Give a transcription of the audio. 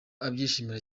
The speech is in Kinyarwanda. abyishimira